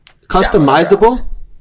customizable